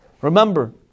Remember